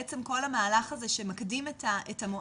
עצם כל המהלך הזה שמקדים את המועד,